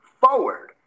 forward